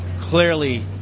clearly